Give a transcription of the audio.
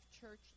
Church